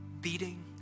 beating